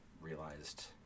realized